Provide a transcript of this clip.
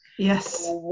Yes